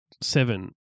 seven